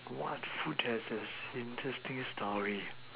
what food has the interesting story